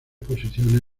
posiciones